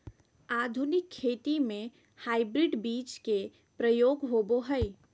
आधुनिक खेती में हाइब्रिड बीज के प्रयोग होबो हइ